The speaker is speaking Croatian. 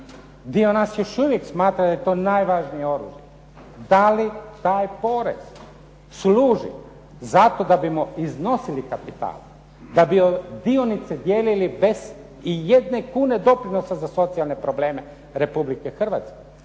Dio nas još uvijek smatra da je to najvažnije oružje. Da li taj porez služi zato da bismo iznosili kapital, da bi dionice dijelili bez ijedne kune doprinosa za socijalne probleme Republike Hrvatske,